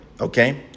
Okay